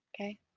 Okay